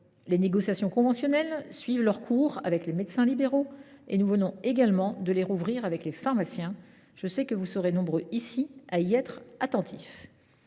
les négociations conventionnelles suivent leur cours avec les médecins libéraux. Nous venons également de les rouvrir avec les pharmaciens. Je sais que vous serez nombreux ici à y être attentifs.